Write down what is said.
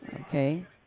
okay